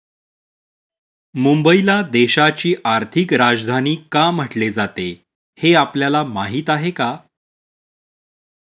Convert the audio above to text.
मुंबईला देशाची आर्थिक राजधानी का म्हटले जाते, हे आपल्याला माहीत आहे का?